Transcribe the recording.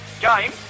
game